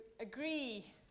agree